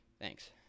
Thanks